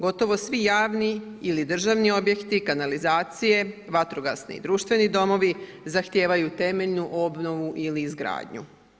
Gotovo svi javni ili državni objekti, kanalizacije, vatrogasni i društveni domovi zahtijevaju temeljnu obnovu ili izgradnju.